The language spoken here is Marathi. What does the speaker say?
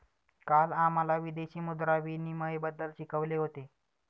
काल आम्हाला विदेशी मुद्रा विनिमयबद्दल शिकवले होते